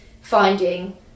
finding